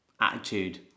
Attitude